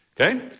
Okay